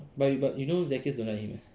but you but you know zakirs don't like him eh